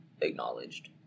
acknowledged